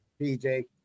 PJ